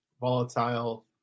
volatile